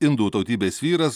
indų tautybės vyras